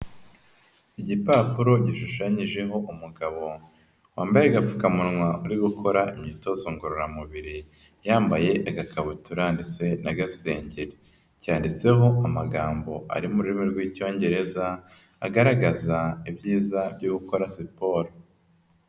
Igipapuro gishushanyijeho umugabo wambaye agapfukamunwa uri gukora imyitozo ngororamubiri, yambaye agakabutura ndetse n'agasengeri, cyanditseho amagambo ari mu rurimi rw'Icyongereza agaragaza ibyiza byo gukora siporo.